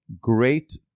great